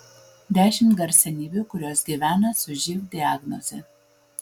dešimt garsenybių kurios gyvena su živ diagnoze